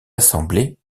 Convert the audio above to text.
assemblées